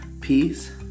peace